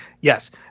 Yes